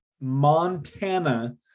Montana